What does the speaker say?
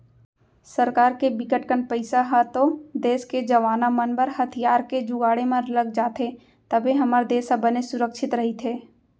सरकार के बिकट कन पइसा ह तो देस के जवाना मन बर हथियार के जुगाड़े म लग जाथे तभे हमर देस ह बने सुरक्छित रहिथे